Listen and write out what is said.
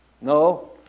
No